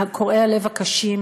הקשים,